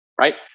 right